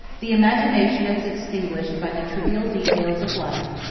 the imagination is extinguished by the trivial details of life,